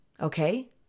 Okay